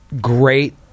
great